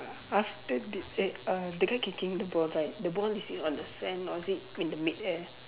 after the eh uh the guy kicking the ball right the ball is it on the sand or is it in mid air